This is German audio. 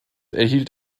erhielt